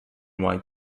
white